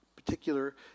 particular